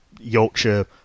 Yorkshire